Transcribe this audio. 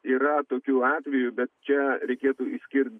yra tokių atvejų bet čia reikėtų išskirt